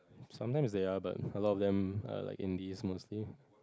sometimes they are but a lot of them are like indies mostly